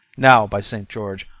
now, by saint george,